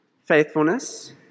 Faithfulness